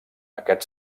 aquest